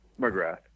McGrath